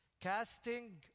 Casting